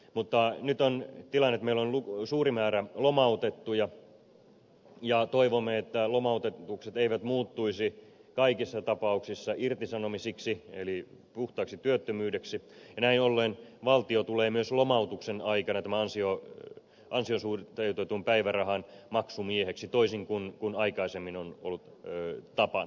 mutta nyt on tilanne että meillä on suuri määrä lomautettuja ja toivomme että lomautukset eivät muuttuisi kaikissa tapauksissa irtisanomisiksi eli puhtaaksi työttömyydeksi ja näin ollen valtio tulee myös lomautuksen aikana tämän ansioon suhteutetun päivärahan maksumieheksi toisin kuin aikaisemmin on ollut tapana